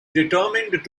determined